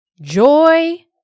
joy